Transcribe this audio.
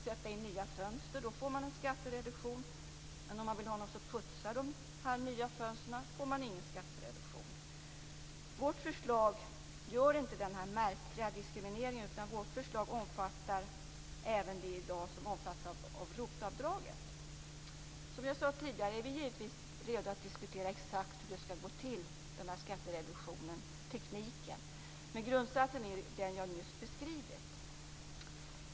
Sätter man in nya fönster får man en skattereduktion, men om man vill ha någon som putsar de nya fönstren får man ingen skattereduktion. Vårt förslag gör inte den här märkliga diskrimineringen, utan vårt förslag omfattar även dem som i dag omfattas av Som jag sade tidigare är vi givetvis redo att diskutera den exakta tekniken för hur skattereduktionen skall gå till. Men grundsatsen är den jag nyss beskrivit.